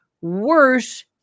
worse